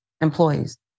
employees